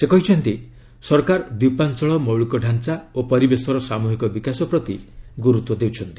ସେ କହିଛନ୍ତି ସରକାର ଦ୍ୱିପାଞ୍ଚଳ ମୌଳିକ ଢାଞ୍ଚା ଓ ପରିବେଶର ସାମୁହିକ ବିକାଶ ପ୍ରତି ଗୁରୁତ୍ୱ ଦେଉଛନ୍ତି